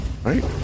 Right